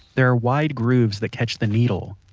there are wide grooves that catch the needle.